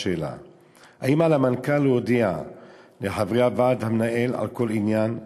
האם על המנכ"ל להודיע לחברי הוועד המנהל על כל עניין?